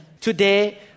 Today